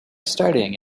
starting